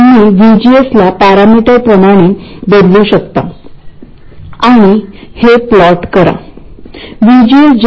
त्यामुळे जर current factor दहा टक्क्यांनी बदलला तर gm केवळ पाच टक्क्यांनी बदलेल